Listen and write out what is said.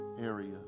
area